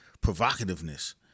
provocativeness